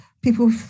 people